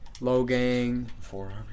Logang